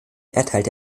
erteilte